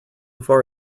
far